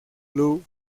club